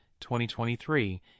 2023